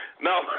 No